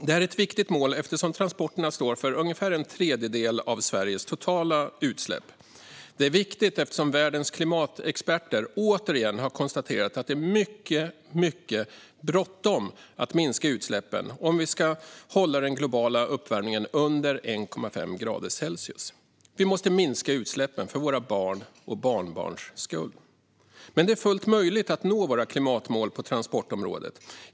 Detta är ett viktigt mål, eftersom transporterna står för ungefär en tredjedel av Sveriges totala utsläpp. Det är viktigt, eftersom världens klimatexperter återigen har konstaterat att det är mycket bråttom att minska utsläppen om vi ska hålla ökningen av den globala uppvärmningen under 1,5 grader Celsius. Vi måste minska utsläppen för våra barns och barnbarns skull. Men det är fullt möjligt att nå våra klimatmål på transportområdet.